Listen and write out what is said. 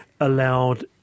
allowed